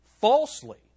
falsely